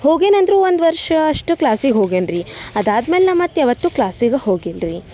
ಹೋಗೇನಂದರೂ ಒಂದು ವರ್ಷ ಅಷ್ಟು ಕ್ಲಾಸಿಗೆ ಹೋಗೇನಿ ರಿ ಅದಾದ್ಮೇಲೆ ನಾ ಮತ್ತೆ ಯಾವತ್ತೂ ಕ್ಲಾಸಿಗೆ ಹೋಗಿಲ್ಲ ರಿ